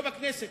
לא בכנסת,